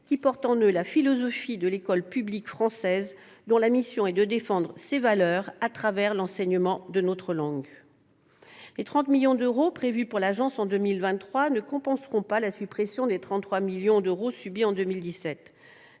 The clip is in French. qui portent en eux la philosophie de l'école publique française, dont la mission est de défendre nos valeurs l'enseignement de notre langue. Les 30 millions d'euros supplémentaires prévus pour l'Agence en 2023 ne compenseront pas l'annulation de crédits de 33 millions d'euros subie en 2017.